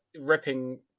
ripping